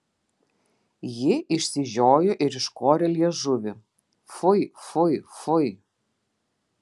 ji išsižiojo ir iškorė liežuvį fui fui fui